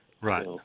right